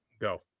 Go